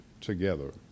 together